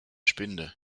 spinde